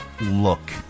look